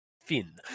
Fin